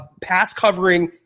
pass-covering